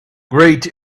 great